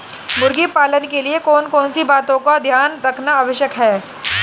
मुर्गी पालन के लिए कौन कौन सी बातों का ध्यान रखना आवश्यक है?